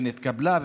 ונתקבלה,